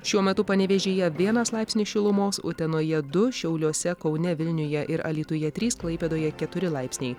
šiuo metu panevėžyje vienas laipsniai šilumos utenojedu šiauliuose kaune vilniuje ir alytuje trys klaipėdoje keturi laipsniai